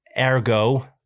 Ergo